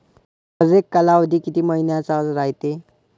हरेक कालावधी किती मइन्याचा रायते?